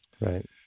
right